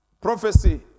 Prophecy